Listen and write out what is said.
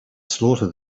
slaughter